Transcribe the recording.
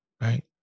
right